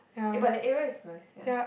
eh but that area is nice ya